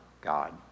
God